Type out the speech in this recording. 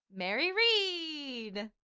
mary read!